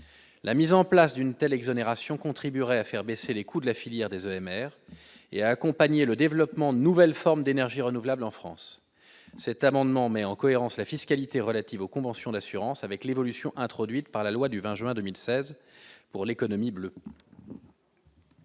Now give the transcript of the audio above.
la mise en place d'une telle exonération contribuerait à faire baisser les coûts de la filière des OMR et accompagner le développement de nouvelles formes d'énergies renouvelables en France, cet amendement mais en cohérence la fiscalité relatives aux conventions d'assurance avec l'évolution introduite par la loi du 20 juin 2016 pour l'économie bleue.